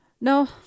No